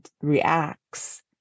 reacts